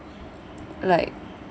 like